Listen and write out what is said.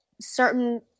certain